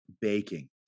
baking